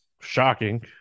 Shocking